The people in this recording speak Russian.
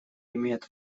имеет